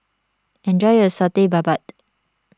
enjoy your Satay Babat